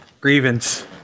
Grievance